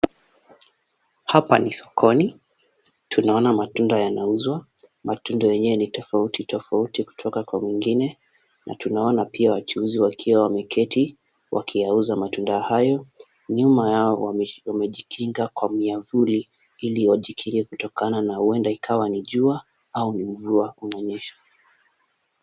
Hapa ni sokoni tunaona matunda yanauzwa. Matunda yenyewe ni tofautitofauti kutoka kwa mwingine na tunaona pia wachuuzi wakiwa wameketi wakiyauza matunda hayo. Nyuma yao wamejikinga kwa miavuli ili wajikinge kutokana na huenda ikawa ni jua au ni mvua unanyesha.